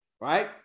right